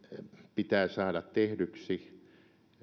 pitää saada tehdyksi